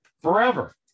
Forever